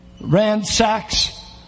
ransacks